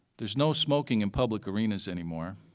there's no smoking in public arenas anymore,